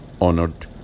honored